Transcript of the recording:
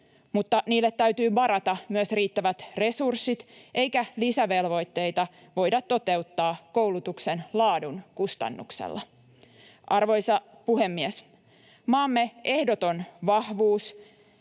mutta niille täytyy varata myös riittävät resurssit, eikä lisävelvoitteita voida toteuttaa koulutuksen laadun kustannuksella. Arvoisa puhemies! Maamme ehdoton vahvuus